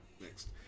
Next